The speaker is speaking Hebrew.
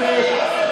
כסיף.